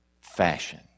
fashion